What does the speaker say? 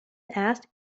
asked